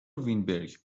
وینبرگ